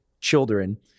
children